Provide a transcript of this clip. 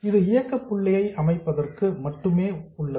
இது இயக்க புள்ளியை அமைப்பதற்கு மட்டுமே உள்ளது